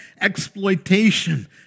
exploitation